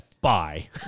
Bye